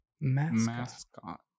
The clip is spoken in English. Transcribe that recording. mascot